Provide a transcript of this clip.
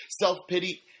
self-pity